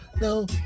no